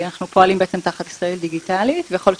אנחנו פועלים תחת ישראל דיגיטלית ויכול להיות